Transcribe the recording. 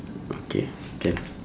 okay can